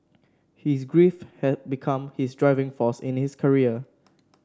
his grief had become his driving force in his career